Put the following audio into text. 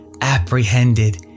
apprehended